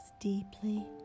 deeply